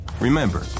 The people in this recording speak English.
Remember